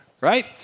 right